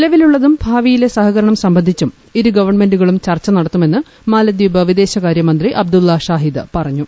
നിലവിലുള്ളതും ഭാവിയിലെ കേന്ദ്രമന്തി സഹകരണം സംബന്ധിച്ചും ഇരു ഗവൺമെന്റുകളും ചർച്ച നടത്തുമെന്ന് മാലദ്വീപ് വിദേശകാര്യമന്ത്രി അബ്ദുള്ള ഷാഹിദ് പറഞ്ഞു